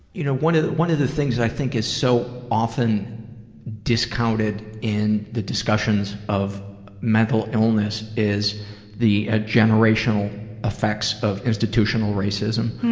you know one of one of the things i think is so often discounted in the discussions of mental illness is the generational effects of institutional racism.